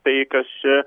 tai kas čia